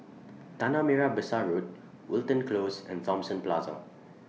Tanah Merah Besar Road Wilton Close and Thomson Plaza